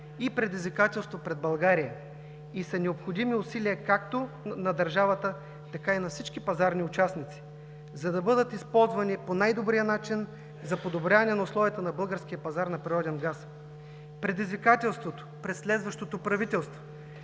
и предизвикателство пред България и са необходими усилия както на държавата, така и на всички пазарни участници, за да бъдат използвани по най-добрия начин за подобряване на условията на българския пазар на природен газ. Предизвикателството пред следващото правителство